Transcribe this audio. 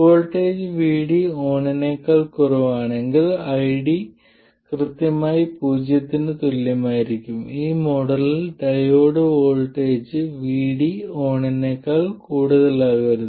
voltage VD ഓണിനേക്കാൾ കുറവാണെങ്കിൽ ID കൃത്യമായി പൂജ്യത്തിന് തുല്യമായിരിക്കും ഈ മോഡലിൽ ഡയോഡ് വോൾട്ടേജ് VD ON നേക്കാൾ കൂടുതലാകരുത്